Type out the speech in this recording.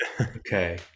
Okay